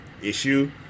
issue